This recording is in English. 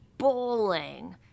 bowling